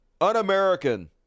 un-American